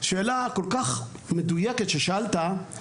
שאלה כל כך מדויקת ששאלת,